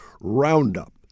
Roundup